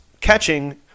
catching